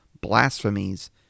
blasphemies